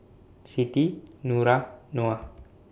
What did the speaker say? Siti Nura Noah